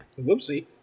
Whoopsie